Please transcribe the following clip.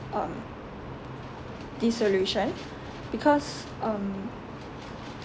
um this solution because um